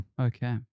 Okay